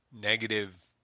negative